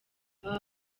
aba